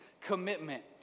Commitment